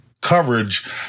coverage